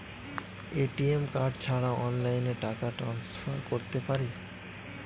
ATM card ছাড়া অনলাইনে টাকা টান্সফার করতে পারি?